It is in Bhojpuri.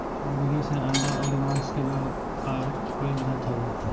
मुर्गी से अंडा अउरी मांस के व्यापार कईल जात हवे